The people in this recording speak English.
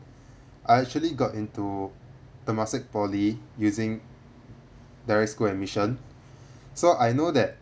I actually got into temasek poly using direct school admission so I know that